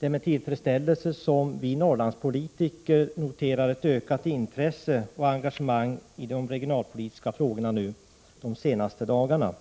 med tillfredsställelse som vi Norrlandspolitiker noterar ökat intresse och engagemang i de regionalpolitiska frågorna under de senaste dagarna.